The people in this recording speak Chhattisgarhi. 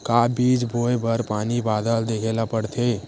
का बीज बोय बर पानी बादल देखेला पड़थे?